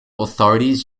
authorities